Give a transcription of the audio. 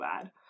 bad